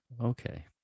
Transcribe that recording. Okay